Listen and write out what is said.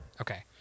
Okay